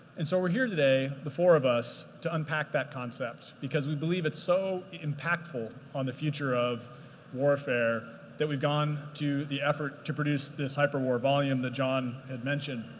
and so we're here today, the four of us, to unpack that concept, because we believe its so impactful on the future of warfare that we've gone to the effort to produce this hyperwar volume that john had mentioned,